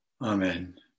Amen